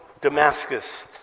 Damascus